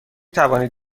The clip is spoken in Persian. توانید